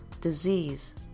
disease